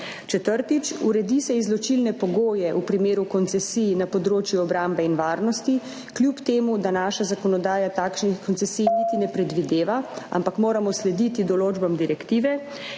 Četrtič. Uredi se izločilne pogoje v primeru koncesij na področju obrambe in varnosti, kljub temu da naša zakonodaja takšnih koncesij niti ne predvideva, ampak moramo slediti določbam direktive.